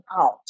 out